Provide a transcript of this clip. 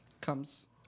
comes